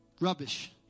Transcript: Rubbish